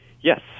Yes